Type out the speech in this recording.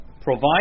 provide